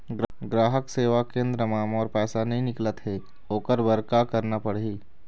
ग्राहक सेवा केंद्र म मोर पैसा नई निकलत हे, ओकर बर का करना पढ़हि?